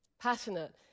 Passionate